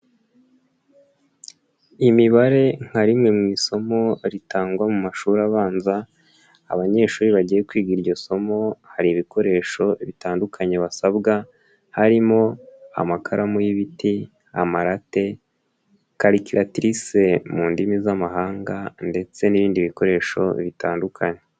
Imibare nka rimwe mu isomo ritangwa mu mashuri abanza, abanyeshuri bagiye kwiga iryo somo, hari ibikoresho bitandukanye basabwa, harimo amakaramu y'ibiti, amarate, Carculatrice mu ndimi z'amahanga ndetse n'ibindi bikoresho bitandukanye.